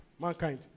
mankind